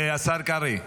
השר קרעי.